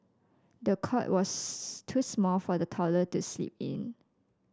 the cot was too small for the toddler to sleep in